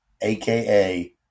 AKA